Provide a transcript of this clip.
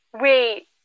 wait